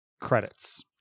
credits